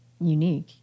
unique